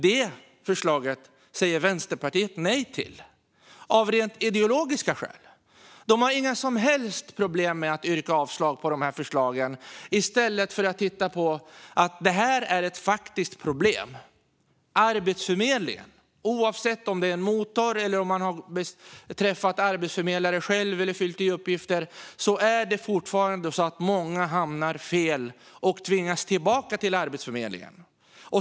Detta förslag säger Vänsterpartiet nej till, av rent ideologiska skäl. De har inga som helst problem med att yrka avslag på dessa förslag i stället för att se att detta är ett faktiskt problem. Oavsett om Arbetsförmedlingen har varit en motor, om man har träffat arbetsförmedlare själv eller om man fyllt i uppgifter är det fortfarande många som hamnar fel och tvingas tillbaka till Arbetsförmedlingen.